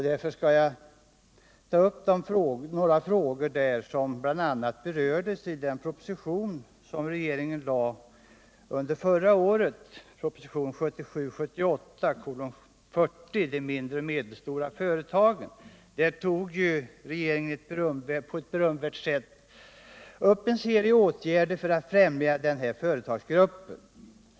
Jag skall därvid ta upp några frågor, som berördes i proposition 1977/78:40 om de mindre och medelstora företagen, som regeringen lade fram förra året. Regeringen föreslog i denna proposition på ett berömvärt sätt en serie åtgärder för att främja denna företagsgrupp.